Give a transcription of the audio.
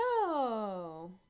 No